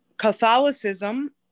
Catholicism